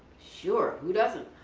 sure. who doesn't.